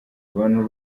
abantu